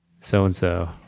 so-and-so